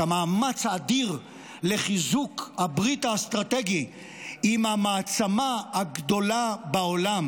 את המאמץ האדיר לחיזוק הברית האסטרטגית עם המעצמה הגדולה בעולם,